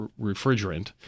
refrigerant